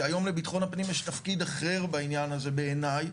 שהיום לביטחון הפנים יש תפקיד אחר בעניין הזה בעיניי,